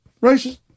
racist